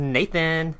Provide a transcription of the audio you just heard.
Nathan